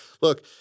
Look